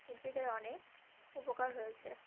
শিল্পীদের অনেক উপকার হয়েছে